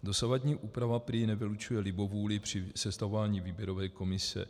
Dosavadní úprava prý nevylučuje libovůli při sestavování výběrové komise.